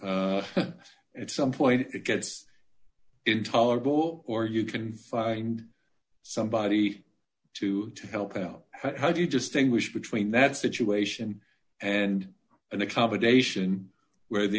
then at some point if it gets intolerable or you can find somebody to help out how do you just english between that situation and an accommodation where the